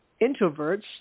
introverts